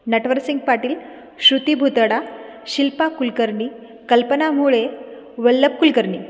Natwarsingh Patil Shruti Bhutada Shilpa Kulkarni Kalpana Mule Vallabh Kulkarni